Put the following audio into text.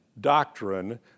doctrine